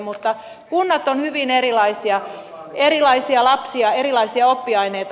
mutta kunnat ovat hyvin erilaisia erilaisia lapsia erilaisia oppiaineita